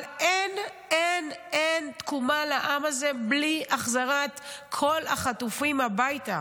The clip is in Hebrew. אבל אין אין אין תקומה לעם הזה בלי החזרת כל החטופים הביתה.